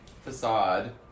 facade